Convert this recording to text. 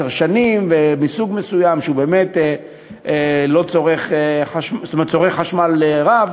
שנים ומסוג מסוים שבאמת צורך חשמל רב,